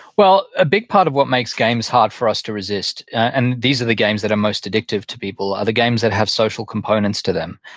well, a big part of what makes games hard for us to resist, and these are the games that are most addictive to people, are the games that have social components to them.